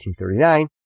1939